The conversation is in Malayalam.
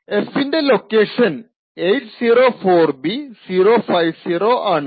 f ൻറെ ലൊക്കേഷൻ 804b050 ആണ്